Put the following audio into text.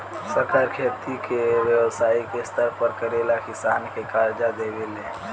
सरकार खेती के व्यवसायिक स्तर पर करेला किसान के कर्जा देवे ले